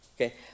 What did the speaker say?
Okay